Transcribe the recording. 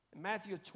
Matthew